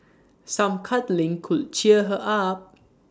some cuddling could cheer her up